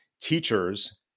teachers